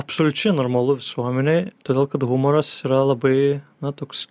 absoliučiai normalu visuomenėj todėl kad humoras yra labai na toks